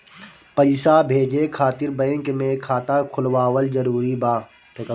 पईसा भेजे खातिर बैंक मे खाता खुलवाअल जरूरी बा?